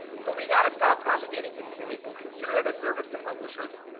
so, we got to stop propagating mistakes. consider it a service to publishers.